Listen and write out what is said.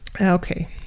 Okay